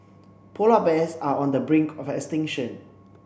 polar bears are on the brink of extinction